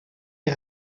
est